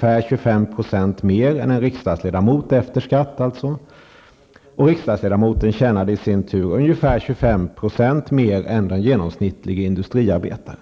ca 25 % mer än en riksdagsledamot efter skatt och att en riksdagsledamot i sin tur tjänade ca 25 % mer än den genomsnittlige industriarbetaren.